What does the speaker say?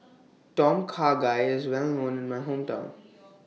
Tom Kha Gai IS Well known in My Hometown